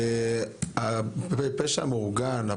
הפרוטקשן הוא פשע מאורגן.